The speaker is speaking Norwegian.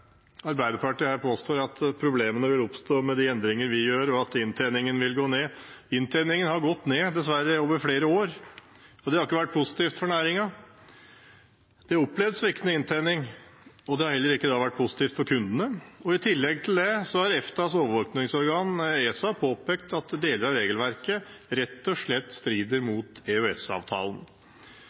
Arbeiderpartiet her påstår, at problemene vil oppstå med de endringer vi gjør, og at inntjeningen vil gå ned. Inntjeningen har dessverre gått ned over flere år, og det har ikke vært positivt for næringen. Man har opplevd sviktende inntjening, og det har heller ikke vært positivt for kundene. I tillegg har EFTAs overvåkningsorgan ESA påpekt at deler av regelverket rett og slett strider mot